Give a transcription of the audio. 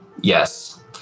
Yes